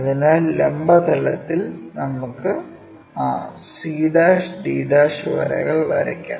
അതിനാൽ ലംബ തലത്തിൽ നമുക്ക് ആ c'd' വരകൾ വരയ്ക്കാം